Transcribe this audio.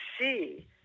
see